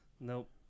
Nope